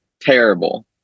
terrible